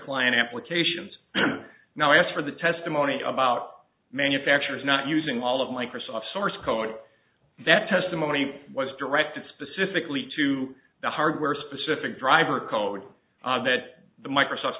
client applications now as for the testimony about manufacturers not using all of microsoft's source code that testimony was directed specifically to the hardware specific driver code that the microsoft